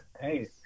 Hey